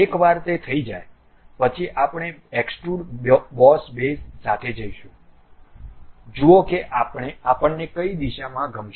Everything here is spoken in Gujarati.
એકવાર તે થઈ જાય પછી આપણે એક્સ્ટ્રુડ બોસ બેઝ સાથે જઈશું જુઓ કે આપણને કઈ દિશામાં ગમશે